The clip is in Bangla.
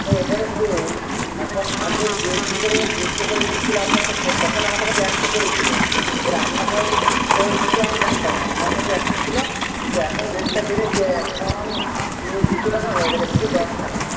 এবারে শুনুন এখন আগে দেড়শো করে দেড়শো করে নিচ্ছিলো আপনার কাছে তখন আমাদের কাছে একশো করে ছিল এবারে আপনাকে হয়তো ঠিক কীভাবে দিত আমি জানতাম না আমার কাছে একশো ছিল কিন্তু এখন রেটটা বেড়েছে এখন দুশো টাকা হয়ে গেছে দুশো দশ টাকা